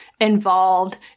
involved